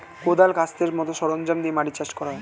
কোদাল, কাস্তের মত সরঞ্জাম দিয়ে মাটি চাষ করা হয়